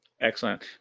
Excellent